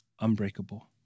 unbreakable